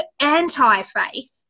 anti-Faith